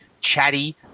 chatty